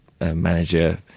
manager